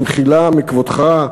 במחילה מכבודך,